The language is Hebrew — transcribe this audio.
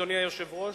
אדוני היושב-ראש,